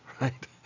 right